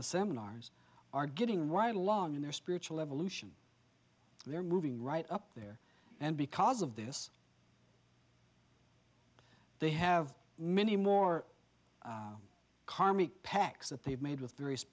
the seminars are getting right along in their spiritual evolution they're moving right up there and because of this they have many more karmic pacts that they've made with various